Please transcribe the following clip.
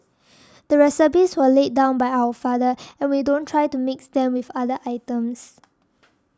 the recipes were laid down by our father and we don't try to mix them with other items